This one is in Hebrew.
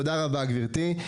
תודה רבה, גברתי.